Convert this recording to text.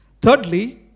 Thirdly